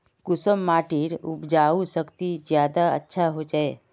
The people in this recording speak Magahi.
कुंसम माटिर उपजाऊ शक्ति ज्यादा अच्छा होचए?